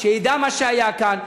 שידע מה שהיה כאן.